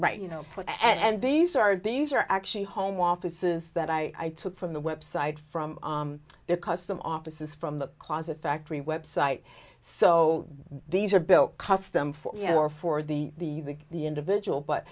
write you know and these are these are actually home offices that i took from the website from the custom offices from the closet factory website so these are built custom for you know or for the the individual but